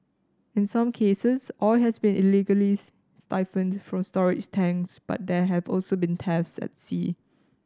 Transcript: in some cases oil has been illegally siphoned from storage tanks but there have also been thefts at sea